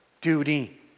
duty